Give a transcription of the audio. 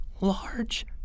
large